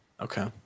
Okay